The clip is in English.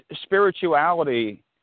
spirituality